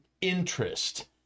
interest